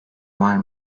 var